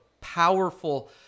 powerful